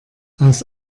aus